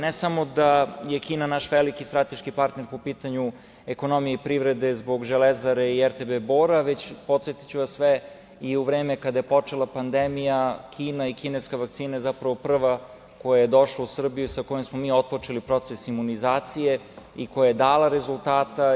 Ne samo da je Kina naš veliki strateški partner po pitanju ekonomije i privrede zbog Železare i RTB Bora, već podsetiću vas sve, i u vreme kada je počela pandemija, Kina i kineska vakcina je zapravo prva koja je došla u Srbiji, sa kojom smo mi otpočeli proces imunizacije i koja je dala rezultate.